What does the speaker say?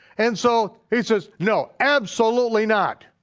and so he says no, absolutely not.